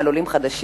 על עולים חדשים,